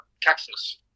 Texas